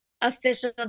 Official